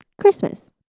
Christmas